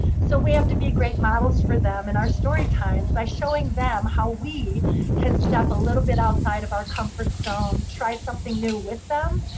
so we have to be great models for them in our story times, by showing them how we can step a little bit outside of our comfort zone, try something new with them.